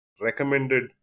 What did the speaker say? recommended